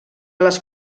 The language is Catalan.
les